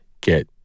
get